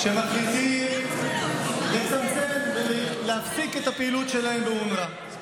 מחליטות לצמצם, להפסיק את הפעילות שלהן באונר"א.